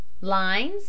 Lines